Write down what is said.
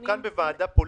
אנחנו כאן בוועדה פוליטית.